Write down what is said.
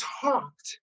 talked